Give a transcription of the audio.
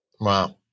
Wow